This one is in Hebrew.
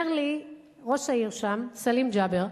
אומר לי ראש העיר שם, סלים ג'אבר,